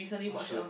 what show is that